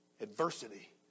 Adversity